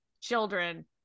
children